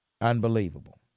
Unbelievable